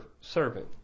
servant